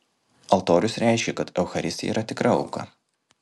altorius reiškė kad eucharistija yra tikra auka